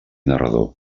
narrador